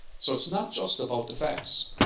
so it's not just about the facts.